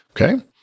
okay